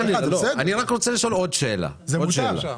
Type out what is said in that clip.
עוד שאלה,